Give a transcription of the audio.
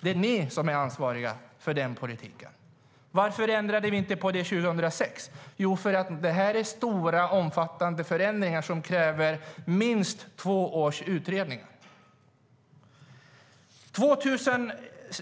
Det är ni som är ansvariga för den politiken. Varför ändrade vi inte på det 2006? Jo, för att det här är stora, omfattande förändringar som kräver minst två års utredningar. Att 2 000